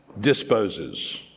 disposes